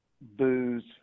booze